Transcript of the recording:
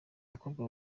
mukobwa